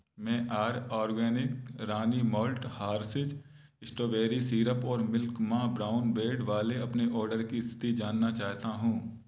मैं Arya organic ragi malt Hershey's strawberry syrup और milk मा ब्राउन ब्रेड वाले अपने ऑर्डर की स्तिथि जानना चाहता हूँ